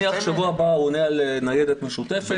בשבוע הבא הוא עולה לניידת משותפת,